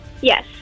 Yes